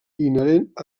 inherent